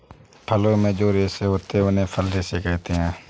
फलों में जो रेशे होते हैं उन्हें फल रेशे कहते है